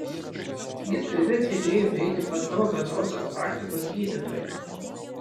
jis privertė džėjų nueiti pas savo bendrosios praktikos gydytoją